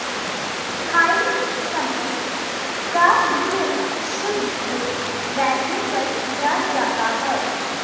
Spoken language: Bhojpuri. स्थायी संपत्ति क मूल्यांकन शुद्ध बुक वैल्यू पर किया जाता है